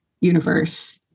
universe